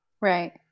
Right